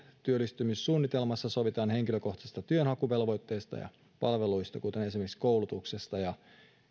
työllistymissuunnitelmassa sovitaan henkilökohtaisesta työnhakuvelvoitteesta ja palveluista kuten esimerkiksi koulutuksesta ja